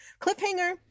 cliffhanger